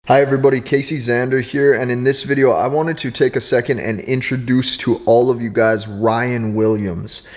hi everybody, casey zander here and in this video i wanted to take a second and introduce to all of you guys ryan williams.